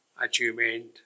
achievement